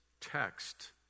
text